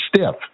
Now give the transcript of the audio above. stiff